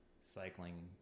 cycling